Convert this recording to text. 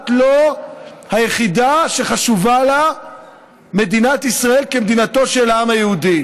את לא היחידה שחשובה לה מדינת ישראל כמדינתו של העם היהודי.